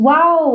Wow